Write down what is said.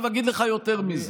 עכשיו אגיד לך יותר מזה.